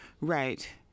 Right